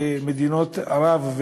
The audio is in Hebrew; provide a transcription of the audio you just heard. שמדינות ערב,